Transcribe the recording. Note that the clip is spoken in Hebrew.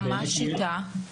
מה השיטה?